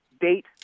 date